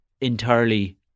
entirely